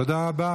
תודה רבה.